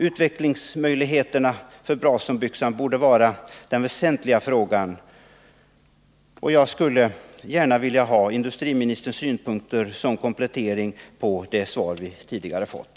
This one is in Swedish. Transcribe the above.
Utvecklingsmöjligheterna för Brasonbyxan borde vara den väsentliga frågan. Jag skulle gärna vilja höra industriministerns synpunkter som komplettering till det svar vi tidigare fått.